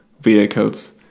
vehicles